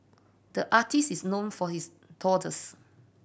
the artist is known for his doodles